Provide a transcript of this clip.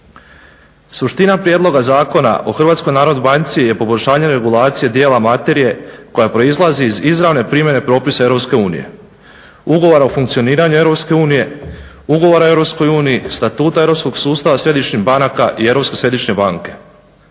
Suština prijedloga zakona o HNB-i je poboljšanje regulacije dijela materije koja proizlazi iz izravne primjene propisa EU, ugovor o funkcioniranju EU, Ugovor o EU, statusa europskog sustava središnjih banaka i Europske središnje banke.